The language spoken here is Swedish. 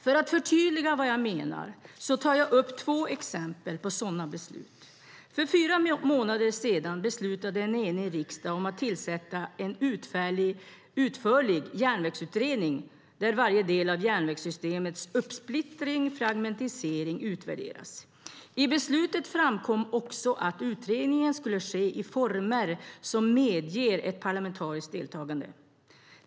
För att förtydliga vad jag menar ska jag ta upp två exempel på sådana beslut. För fyra månader sedan beslutade en enig riksdag om att tillsätta en utförlig järnvägsutredning, där varje del av järnvägssystemets uppsplittring och fragmentisering utvärderas. I beslutet framkom också att utredningen skulle ske i former som medger ett parlamentariskt deltagande.